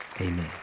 amen